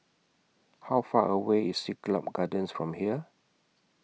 How Far away IS Siglap Gardens from here